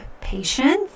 patience